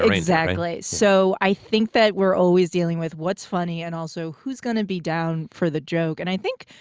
exactly. so i think that we're always dealing with what's funny and, also, who's gonna be down for the joke. and i think,